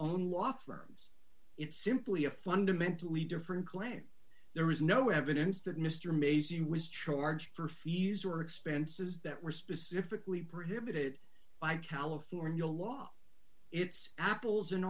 own law firms it's simply a fundamentally different claim there is no evidence that mr mazie was charged for fees or expenses that were specifically prohibited by california law it's apples and